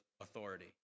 authority